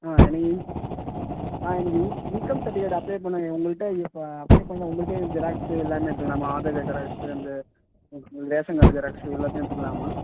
ஆ எனக்கு இன் ஆ எனக்கு இன் இன்கம் சர்டிஃபிகேட் அப்ளை பண்ண உங்கள்கிட்ட இப்போ அப்ளை பண்ண உங்கள்கிட்டயே ஜெராக்ஸ்ஸு எல்லாமே எடுத்துக்கலாமா ஆதார் கார்ட் ஜெராக்ஸ்ஸு அந்த ரே ரேஷன் கார்ட் ஜெராக்ஸ்ஸு எல்லாத்தையும் எடுத்துக்கலாமா